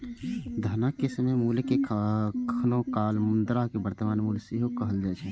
धनक समय मूल्य कें कखनो काल मुद्राक वर्तमान मूल्य सेहो कहल जाए छै